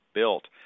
built